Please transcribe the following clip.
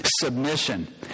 Submission